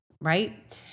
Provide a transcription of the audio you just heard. right